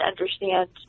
understand